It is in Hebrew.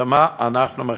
למה אנחנו מחכים?